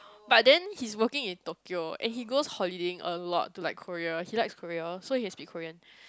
but then he's working in Tokyo and he goes holidaying a lot to like Korea he likes Korea so he can speak Korean